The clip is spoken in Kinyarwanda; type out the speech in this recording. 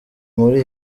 muri